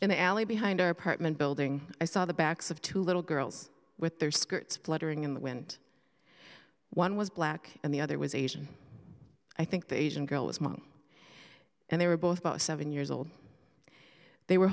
in the alley behind our apartment building i saw the backs of two little girls with their skirts fluttering in the wind one was black and the other was asian i think the asian girl was monk and they were both about seven years old they were